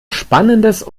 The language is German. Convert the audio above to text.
spannendes